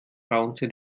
raunte